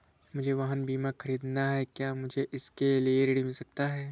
मुझे वाहन ख़रीदना है क्या मुझे इसके लिए ऋण मिल सकता है?